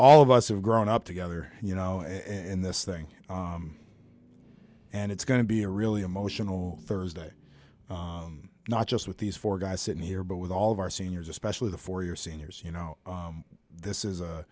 all of us have grown up together you know and this thing and it's going to be a really emotional thursday not just with these four guys sitting here but with all of our seniors especially the for your seniors you know this is